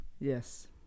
Yes